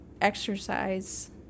exercise